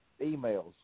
emails